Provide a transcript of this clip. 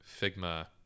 Figma